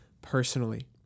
personally